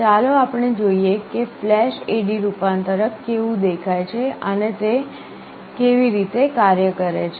ચાલો જોઈએ કે ફ્લેશ AD રૂપાંતરક કેવું દેખાય છે અને તે કેવી રીતે કાર્ય કરે છે